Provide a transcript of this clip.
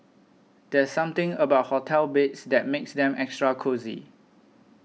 there's something about hotel beds that makes them extra cosy